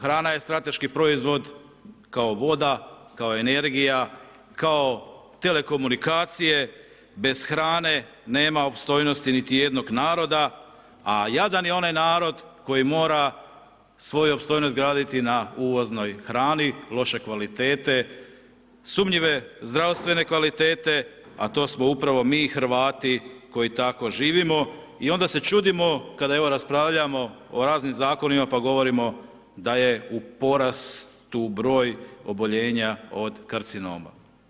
Hrana je strateški proizvod kao voda, kao energija, kao telekomunikacije, bez hrane nema opstojnosti niti jednog naroda a jadan je onaj narod koji mora svoju opstojnost graditi na uvoznoj hrani loše kvalitete, sumnjive zdravstvene kvalitete a to smo upravo mi Hrvati koji tako živimo i onda se čudimo kada evo raspravljamo o raznim zakonima pa govorimo da je u porastu broj oboljenja od karcinoma.